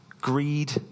Greed